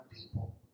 people